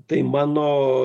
tai mano